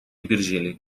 virgili